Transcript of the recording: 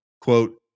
quote